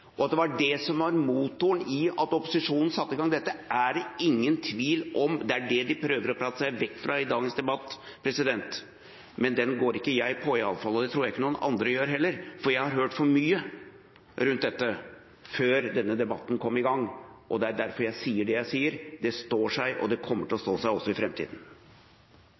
og at det var det som var motoren i at opposisjonen satte i gang dette, er det ingen tvil om. Det er det de prøver å prate seg vekk fra i dagens debatt. Men den går ikke jeg på iallfall, og det tror jeg ikke noen andre gjør heller. Jeg har hørt for mye rundt dette før denne debatten kom i gang, og det er derfor jeg sier det jeg sier: Det står seg, og det kommer til å stå seg også i